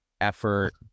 effort